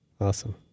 awesome